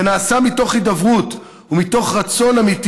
זה נעשה מתוך הידברות ומתוך רצון אמיתי